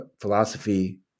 philosophy